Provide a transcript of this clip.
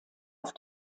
auf